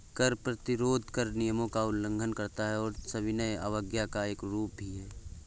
कर प्रतिरोध कर नियमों का उल्लंघन करता है और सविनय अवज्ञा का एक रूप भी है